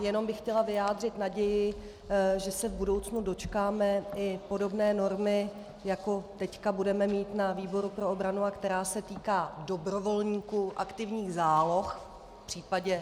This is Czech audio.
Jenom bych chtěla vyjádřit naději, že se v budoucnu dočkáme i podobné normy, jako teď budeme mít ve výboru pro obranu a která se týká dobrovolníků aktivních záloh v případě armády.